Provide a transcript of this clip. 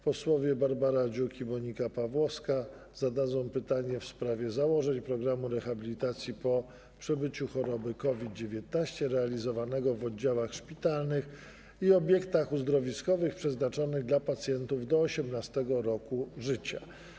Posłowie Barbara Dziuk i Monika Pawłowska zadadzą pytanie w sprawie założeń programu rehabilitacji po przebyciu choroby COVID-19 realizowanego w oddziałach szpitalnych i obiektach uzdrowiskowych przeznaczonych dla pacjentów do 18. roku życia.